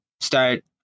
start